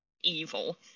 evil